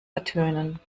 ertönen